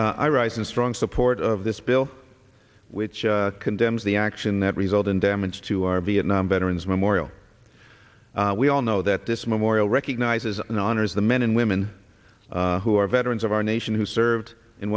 i rise in strong support of this bill which condemns the action that result in damage to our vietnam veterans memorial we all know that this memorial recognizes and honors the men and women who are veterans of our nation who served in